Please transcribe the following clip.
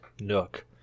nook